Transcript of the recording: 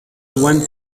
went